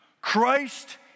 Christ